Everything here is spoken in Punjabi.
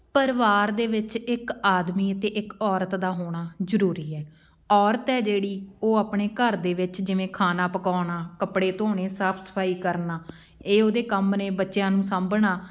ਪਰਿਵਾਰ ਦੇ ਵਿੱਚ ਇੱਕ ਆਦਮੀ ਅਤੇ ਇੱਕ ਔਰਤ ਦਾ ਹੋਣਾ ਜ਼ਰੂਰੀ ਹੈ ਔਰਤ ਹੈ ਜਿਹੜੀ ਉਹ ਆਪਣੇ ਘਰ ਦੇ ਵਿੱਚ ਜਿਵੇਂ ਖਾਣਾ ਪਕਾਉਣਾ ਕੱਪੜੇ ਧੋਣੇ ਸਾਫ਼ ਸਫ਼ਾਈ ਕਰਨਾ ਇਹ ਉਹਦੇ ਕੰਮ ਨੇ ਬੱਚਿਆਂ ਨੂੰ ਸਾਂਭਣਾ